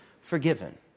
forgiven